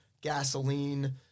gasoline